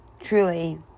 Truly